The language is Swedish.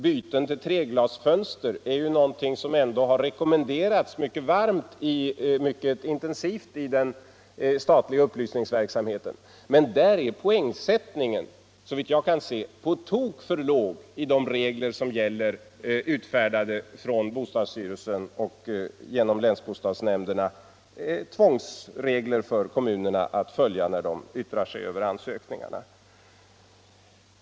Byten till treglasfönster är ändå någonting som har rekommenderats mycket intensivt i den statliga upplysningsverksamheten, men på den punkten är poängsättningen, såvitt jag kan se, på tok för låg i de regler som är utfärdade av bostadsstyrelsen och genom länsbostadsnämnderna — tvångsregler för kommunerna att följa när de yttrar sig över ansökningarna.